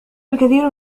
الكثير